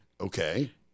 Okay